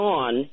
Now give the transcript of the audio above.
on